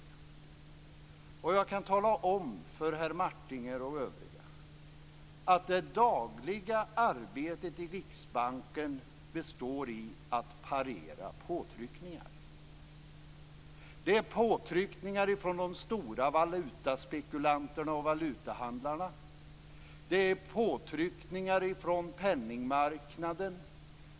Och jag kan tala om för herr Martinger och övriga att det dagliga arbetet i Riksbanken består i att parera påtryckningar. Det är fråga om påtryckningar från de stora valutaspekulanterna och valutahandlarna, och det gäller påtryckningar från penningmarknaden.